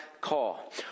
call